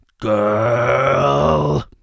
GIRL